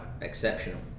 exceptional